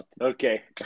Okay